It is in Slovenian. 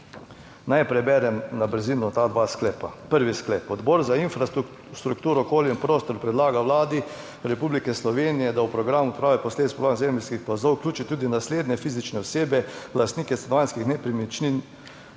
Naj preberem na brzino ta dva sklepa: Prvi sklep: Odbor za infrastrukturo, okolje in prostor predlaga Vladi Republike Slovenije, da v program odprave posledic plan zemeljskih plazov vključi tudi naslednje fizične osebe, lastnike stanovanjskih nepremičnin: